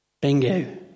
Bingo